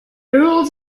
rules